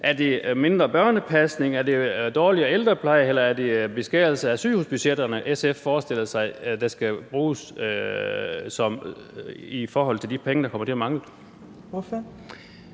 Er det mindre børnepasning eller dårligere ældrepleje, eller er det beskæring af sygehusbudgetterne, SF forestiller sig skal til for at finde de penge, der kommer til at mangle?